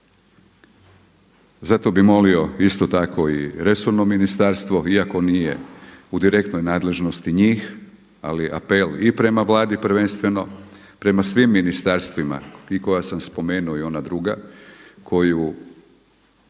Zato bih molio isto tako i resorno ministarstvo iako nije u direktnoj nadležnosti njih ali apel i prema Vladi prvenstveno prema svim ministarstvima i koja sam spomenuo i ona druga koju